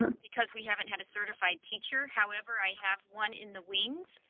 um because we haven't had a certified teacher. however, i have one in the wings.